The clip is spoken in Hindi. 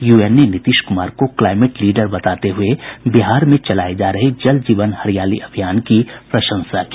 यूएन ने नीतीश कुमार को क्लाईमेट लीडर बताते हुये बिहार में चलाये जा रहे जल जीवन हरियाली अभियान की प्रशंसा की